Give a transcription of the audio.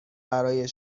برای